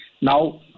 Now